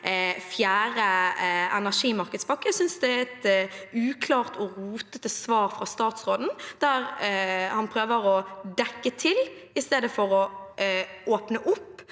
fjerde energimarkedspakke å gjøre. Jeg synes det er et uklart og rotete svar fra statsråden, der han prøver å dekke til i stedet for å åpne opp